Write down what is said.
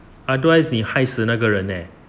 otherwise 你害死那个人 leh